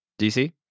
dc